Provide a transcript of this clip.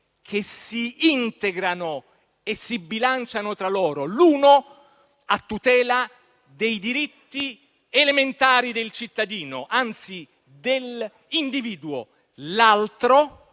che si integrano e si bilanciano tra loro: uno a tutela dei diritti elementari del cittadino, anzi dell'individuo, l'altro